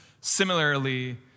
similarly